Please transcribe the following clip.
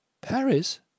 Paris